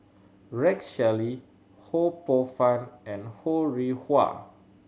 Rex Shelley Ho Poh Fun and Ho Rih Hwa